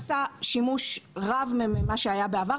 בשתי הכנסות האחרונות נעשה שימוש רב ממה שהיה בעבר,